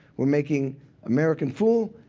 we're making american fool.